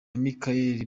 michael